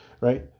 right